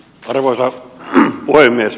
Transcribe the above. arvoisa puhemies